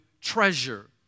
treasure